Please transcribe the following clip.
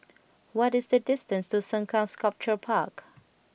what is the distance to Sengkang Sculpture Park